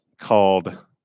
called